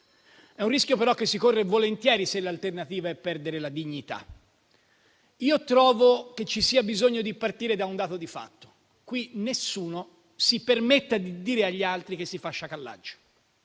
È un rischio però che si corre volentieri, se l'alternativa è perdere la dignità. Io trovo che ci sia bisogno di partire da un dato di fatto: nessuno qui si permetta di dire agli altri che si fa sciacallaggio.